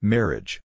Marriage